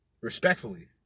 Respectfully